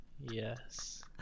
Yes